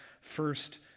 first